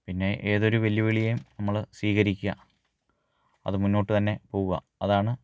പിന്നെ ഏതൊരു വെല്ലുവിളിയെയും നമ്മൾ സ്വീകരിക്കുക അത് മുന്നോട്ടു തന്നെ പോവുക അതാണ്